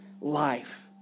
Life